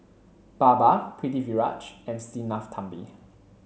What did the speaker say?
Baba Pritiviraj and Sinnathamby